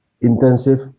intensive